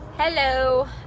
Hello